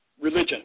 religion